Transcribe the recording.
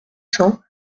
cents